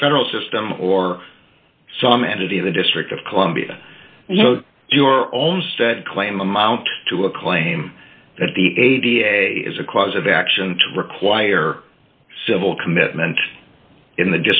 in the federal system or some entity of the district of columbia your own said claim amount to a claim that the a d a s a cause of action to require civil commitment in the